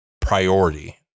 priority